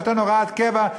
נותן הוראת קבע,